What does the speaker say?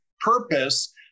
purpose